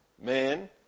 man